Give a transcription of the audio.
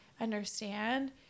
understand